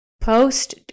Post